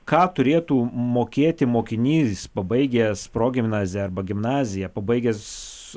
ką turėtų mokėti mokinys pabaigęs progimnaziją arba gimnaziją pabaigęs